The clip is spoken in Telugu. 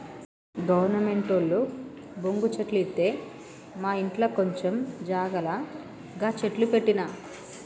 గవర్నమెంటోళ్లు బొంగు చెట్లు ఇత్తె మాఇంట్ల కొంచం జాగల గ చెట్లు పెట్టిన